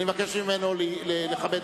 אני מבקש ממנו לכבד,